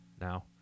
now